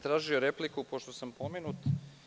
Tražio sam repliku pošto sam pomenut.